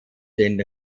den